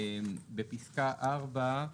בפסקה (4)